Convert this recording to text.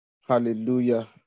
Hallelujah